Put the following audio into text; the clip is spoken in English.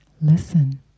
Listen